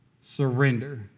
surrender